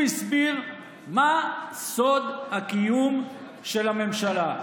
הוא הסביר מה סוד הקיום של הממשלה.